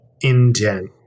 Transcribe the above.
indent